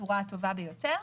בצורה הטובה ביותר.